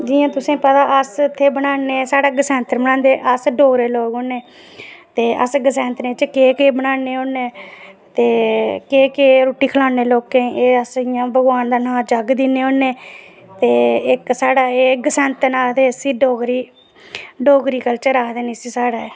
जि'यां तुसेंगी पता अस इत्थै बनान्ने गसैंतन बनान्ने अस डोगरे लोक होन्नें ते अस गसैतन बिच केह् केह् बनान्ने होन्ने ते केह् केह् रुट्टी खलान्ने लोकें गी एह् अस भगोआन दे नांऽ जग दिन्ने होने ते इक साढ़ा एह् गसैंतन आखदे इसी डोगरी ई डोगरी कल्चर आखदे न इसी साढ़े